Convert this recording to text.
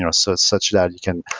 and so such that you can,